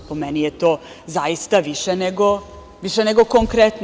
Po meni je to zaista više nego konkretno.